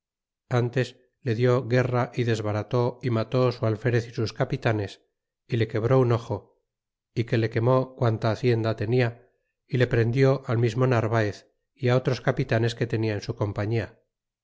ntes le dió guerra y desbarató y mató su alferez y sus capitanes y le quebró un ojo y que le quemó quanta hacienda tenia y le prendió al mismo narvaez y otros capitanes que tenia en su compañia